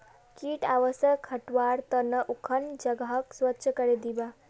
कीट आवासक हटव्वार त न उखन जगहक स्वच्छ करे दीबा